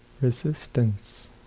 resistance